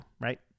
right